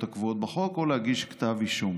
הקבועות בחוק או להגיש כתב אישום.